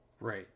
Right